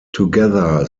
together